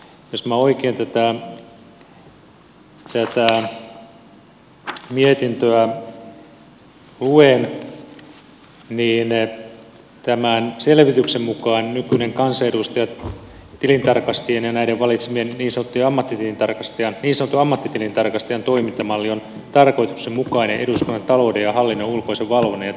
jos minä oikein tätä mietintöä luen niin tämän selvityksen mukaan nykyinen kansanedustaja tilintarkastajien ja näiden valitseman niin sanotun ammattitilintarkastajan toimintamalli on tarkoituksenmukainen eduskunnan talouden ja hallinnon ulkoisen valvonnan ja tilintarkastuksen järjestämiseksi